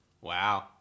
Wow